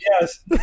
Yes